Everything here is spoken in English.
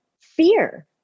Fear